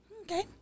Okay